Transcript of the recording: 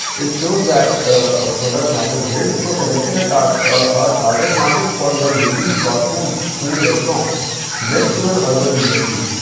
it shows that a product market grid. so, selecting a ah a target market for your wendy's fast food food restaurant next to an urban university.